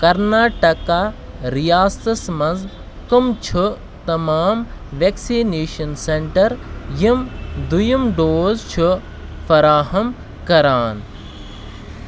کرناٹکا ریاستس مَنٛز کَم چھِ تمام ویکسِنیشن سینٹر یِم دٔیِم ڈوز چھِ فراہَم کران